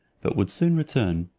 but would soon return.